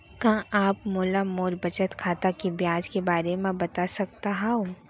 का आप मोला मोर बचत खाता के ब्याज के बारे म बता सकता हव?